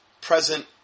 present